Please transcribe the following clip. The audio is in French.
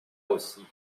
aussi